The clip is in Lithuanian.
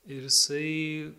ir jisai